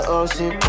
ocean